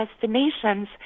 destinations